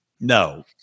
No